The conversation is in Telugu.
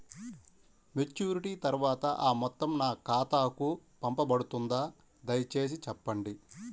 మెచ్యూరిటీ తర్వాత ఆ మొత్తం నా ఖాతాకు పంపబడుతుందా? దయచేసి చెప్పండి?